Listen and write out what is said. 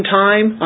time